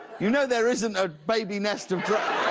you know there isn't a baby nest of drones.